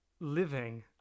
living